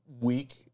week